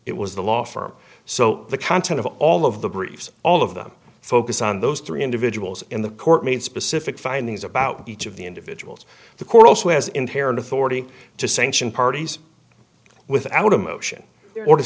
it was the law firm so the content of all of the briefs all of them focus on those three individuals in the court made specific findings about each of the individual the court also has inherent authority to sanction parties without a motion or to